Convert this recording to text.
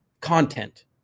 content